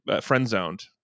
friend-zoned